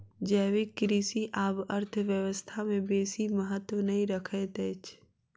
जैविक कृषि आब अर्थव्यवस्था में बेसी महत्त्व नै रखैत अछि